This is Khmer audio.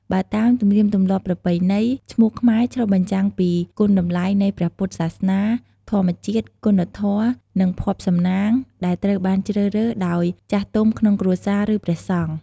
បើតាមទំនៀមទម្លាប់ប្រណៃណី ឈ្មោះខ្មែរឆ្លុះបញ្ចាំងពីគុណតម្លៃនៃព្រះពុទ្ធសាសនា ធម្មជាតិ គុណធម៌ និងភ័ព្វសំណាង ដែលត្រូវបានជ្រើសរើសដោយចាស់ទុំក្នុងគ្រួសារ ឬព្រះសង្ឃ។